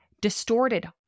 distorted